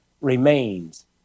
remains